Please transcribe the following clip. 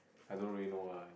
I don't really know why